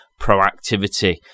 proactivity